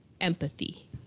empathy